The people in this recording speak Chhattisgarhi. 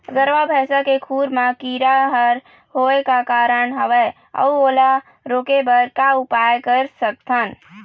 गरवा भैंसा के खुर मा कीरा हर होय का कारण हवए अऊ ओला रोके बर का उपाय कर सकथन?